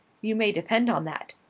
you may depend on that.